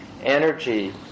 energy